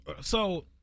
So-